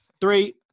Three